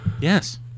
Yes